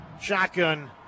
shotgun